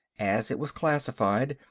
as it was classified,